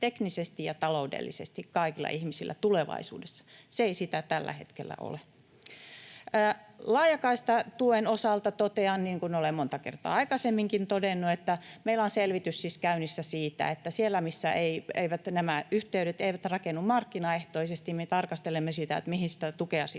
teknisesti ja taloudellisesti kaikille ihmisille tulevaisuudessa. Se ei sitä tällä hetkellä ole. Laajakaistatuen osalta totean, niin kuin olen monta kertaa aikaisemminkin todennut, että meillä on selvitys siis käynnissä siitä, että siellä, missä nämä yhteydet eivät rakennu markkinaehtoisesti, me tarkastelemme sitä, mihin sitä tukea sitten